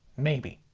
maybe.